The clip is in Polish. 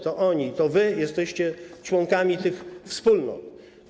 To oni, to wy jesteście członkami tych wspólnot.